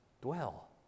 Dwell